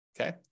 okay